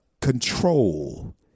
control